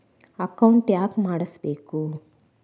Account ಯಾಕ್ ಮಾಡಿಸಬೇಕು?